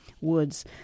Woods